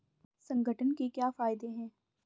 संगठन के क्या फायदें हैं?